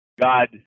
God